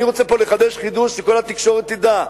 אני רוצה פה לחדש חידוש שכל התקשורת תדע,